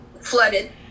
flooded